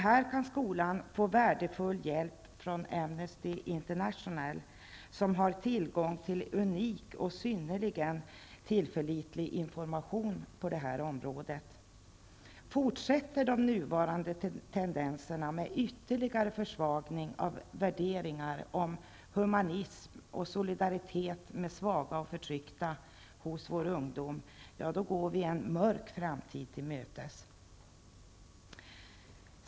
Här kan skolan få värdefull hjälp från Amnesty International, som har tillgång till unik och synnerligen tillförlitlig information på detta område. Fortsätter de nuvarande tendenserna med ytterligare försvagning av värderingar hos vår ungdom om humanism och solidaritet med svaga och förtryckta -- ja, då går vi en mörk framtid till mötes.